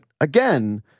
again